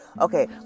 okay